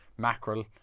mackerel